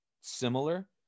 similar